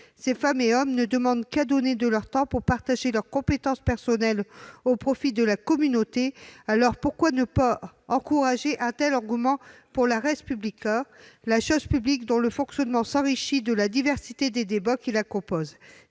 Ces femmes et ces hommes ne demandent qu'à donner de leur temps pour partager leurs compétences personnelles au profit de la communauté. Pourquoi ne pas encourager un tel engouement pour la, la chose publique, dont le fonctionnement s'enrichit de la diversité des débats ? Quel est